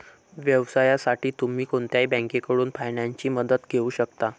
व्यवसायासाठी तुम्ही कोणत्याही बँकेकडून फायनान्सची मदत घेऊ शकता